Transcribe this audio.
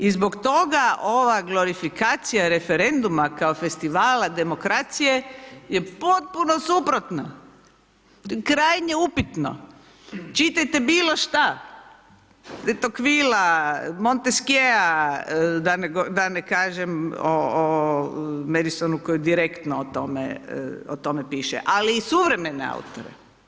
I zbog toga ova glorifikacija referenduma kao festivala demokracije je potpuno suprotna, krajnje upitno, čitajte bilo šta Toxqueville, Monteskjea, da ne kažem o Madisonu koji direktno o tome piše ali i suvremene autore.